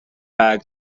bag